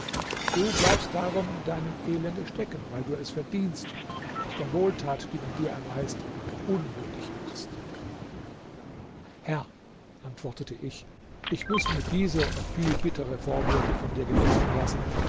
du bleibst darum in deinem elende stecken weil du es verdienst und dich der wohltat die man dir erweist unwürdig machst herr antwortete ich ich muß mir diese und noch viel bitterere vorwürfe von dir gefallen lassen